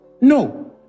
No